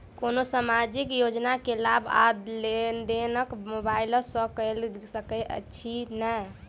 कोनो सामाजिक योजना केँ लाभ आ लेनदेन मोबाइल सँ कैर सकै छिःना?